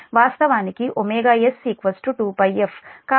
కాబట్టి s elect2Πf రాయవచ్చు